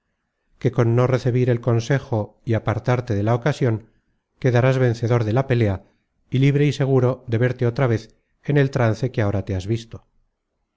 que con no recebir el consejo y apartarte de la ocasion quedarás vencedor de la pelea y libre y seguro de verte otra vez en el trance que ahora te has visto